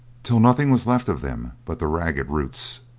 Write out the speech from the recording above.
till nothing was left of them but the ragged roots.